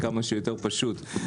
כמה שיותר פשוט.